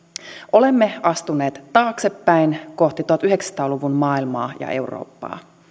olemme astuneet taaksepäin kohti tuhatyhdeksänsataa luvun maailmaa ja eurooppaa